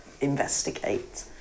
investigate